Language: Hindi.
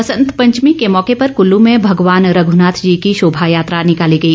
बसंत पंचमी के मौके पर कुल्लू में भगवान रघुनाथ जी की शोभा यात्रा निकाली गई